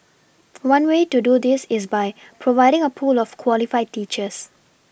one way to do this is by providing a pool of qualified teachers